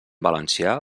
valencià